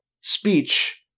speech